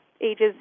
ages